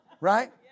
Right